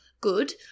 good